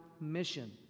mission